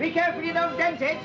because you know the